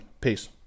peace